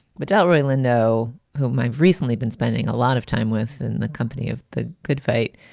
but delroy lindo, whom i've recently been spending a lot of time with in the company of the good fight,